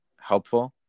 helpful